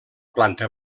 planta